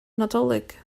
nadolig